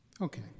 okay